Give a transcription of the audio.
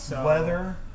weather